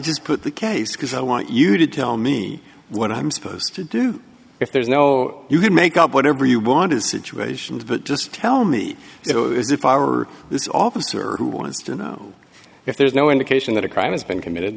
just put the case because i want you to tell me what i'm supposed to do if there's no you can make up whatever you want to situations but just tell me you know if i were this officer who wants to know if there's no indication that a crime has been committed